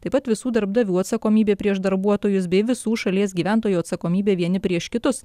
taip pat visų darbdavių atsakomybė prieš darbuotojus bei visų šalies gyventojų atsakomybė vieni prieš kitus